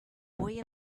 boy